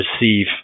receive